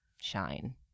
shine